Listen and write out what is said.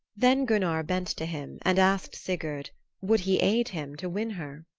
then gunnar bent to him and asked sigurd would he aid him to win her?